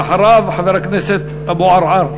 אחריו, חבר הכנסת אבו עראר.